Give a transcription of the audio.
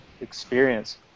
experience